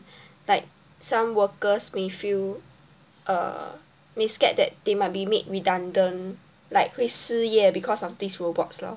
like some workers may feel uh may scared that they might be made redundant like 会失业 because of these robots lor